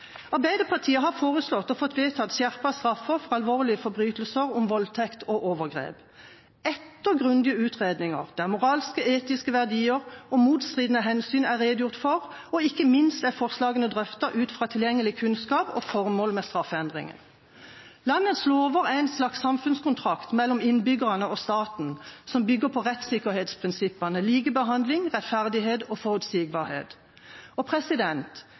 Arbeiderpartiet har foreslått og fått vedtatt skjerpede straffer for alvorlige forbrytelser som voldtekt og overgrep etter grundige utredninger der moralske og etiske verdier og motstridende hensyn er redegjort for, og ikke minst er forslagene drøftet ut fra tilgjengelig kunnskap og formålet med straffeendringen. Landets lover er en slags samfunnskontrakt mellom innbyggerne og staten som bygger på rettssikkerhetsprinsippene likebehandling, rettferdighet og forutsigbarhet. Disse verdiene og